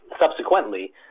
subsequently